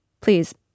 please